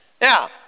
Now